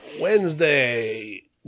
wednesday